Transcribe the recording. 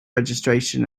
registration